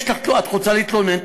יש לך, את רוצה להתלונן?